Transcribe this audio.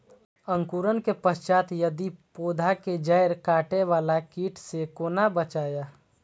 अंकुरण के पश्चात यदि पोधा के जैड़ काटे बाला कीट से कोना बचाया?